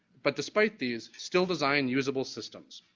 but despite these still design usable systems.